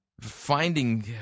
finding